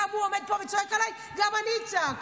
גם הוא עומד פה וצועק עליי, גם אני אצעק.